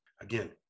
again